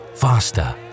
FASTER